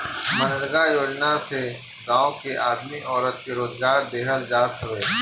मनरेगा योजना से गांव के आदमी औरत के रोजगार देहल जात हवे